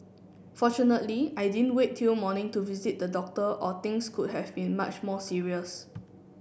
fortunately I didn't wait till morning to visit the doctor or things could have been much more serious